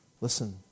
Listen